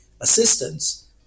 assistance